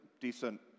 decent